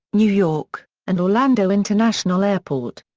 new york, and orlando international airport.